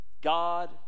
God